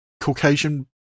Caucasian